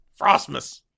Frostmas